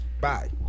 Bye